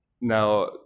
Now